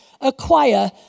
acquire